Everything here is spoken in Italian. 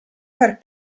per